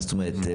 מה זאת אומרת?